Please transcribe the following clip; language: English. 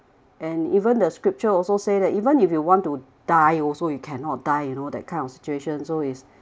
and even the scripture also say that even if you want to die also you cannot die you know that kind of situations so it's